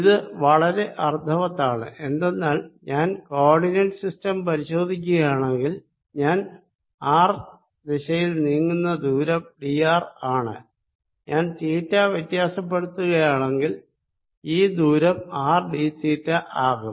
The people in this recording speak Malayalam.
ഇത് വളരെ അർത്ഥവത്താണ് എന്തെന്നാൽ ഞാൻ കോ ഓർഡിനേറ്റ് സിസ്റ്റം പരിശോധിക്കുകയാണെങ്കിൽ ഞാൻ ആർ ദിശയിൽ നീങ്ങുന്ന ദൂരം ഡി ആർ ആണ് ഞാൻ തീറ്റ വ്യത്യാസപ്പെടുത്തുക യാണെങ്കിൽ ഈ ദൂരം ആർ ഡി തീറ്റ ആകും